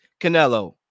Canelo